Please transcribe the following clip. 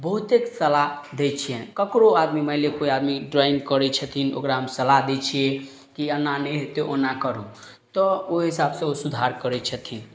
बहुतेक सलाह दै छियनि ककरो आदमी मानि लिअ कोइ आदमी ड्रॉइंग करय छथिन ओकरामे सलाह दै छियै कि एना नहि हेतय ओना करू तऽ ओइ हिसाबसँ ओ सुधार करय छथिन